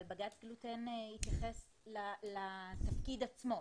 אבל בג"צ כן התייחס לתפקיד עצמו,